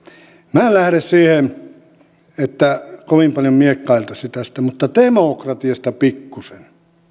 minä en lähde siihen että kovin paljon miekkailtaisiin tästä mutta demokratiasta pikkuisen